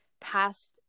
past